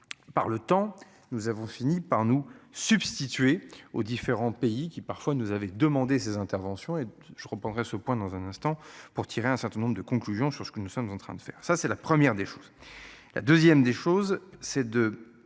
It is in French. Par le temps, nous avons fini par nous substituer aux différents pays qui parfois nous avait demandé ces interventions et je comprendrais ce point dans un instant pour tirer un certain nombre de conclusions sur ce que nous sommes en train de faire, ça c'est la première des choses. La 2ème des choses c'est de